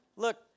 Look